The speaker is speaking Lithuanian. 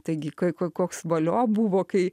taigi koks valio buvo kai